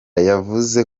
yavuze